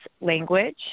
language